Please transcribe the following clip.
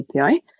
API